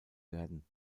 werden